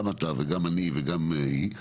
גם אתה וגם אני וגם היא,